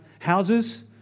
Houses